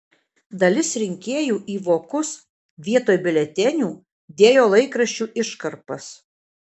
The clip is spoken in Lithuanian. dalis rinkėjų į vokus vietoj biuletenių dėjo laikraščių iškarpas